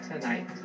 tonight